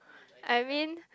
I mean